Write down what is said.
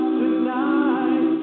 tonight